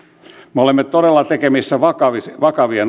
me olemme todella tekemisissä vakavien vakavien